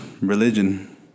religion